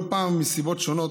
לא פעם, מסיבות שונות,